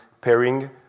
pairing